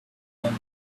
would